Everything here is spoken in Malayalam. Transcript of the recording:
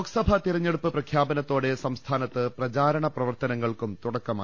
ലോക്സഭാ തെരഞ്ഞെടുപ്പ് പ്രഖ്യാപനത്തോടെ സംസ്ഥാനത്ത് പ്രചാ രണ പ്രവർത്തനങ്ങൾക്കും തുടക്കമായി